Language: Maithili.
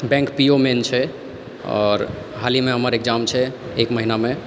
बैंक पी ओ मेन छै आओर हालहिमे हमर एक्जाम छै एक महिनामे